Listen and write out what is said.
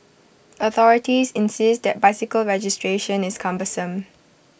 authorities insist that bicycle registration is cumbersome